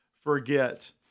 forget